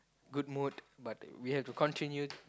good mood but we have to continue